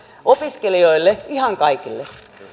opiskelijoille ihan kaikille